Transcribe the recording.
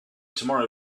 tomorrow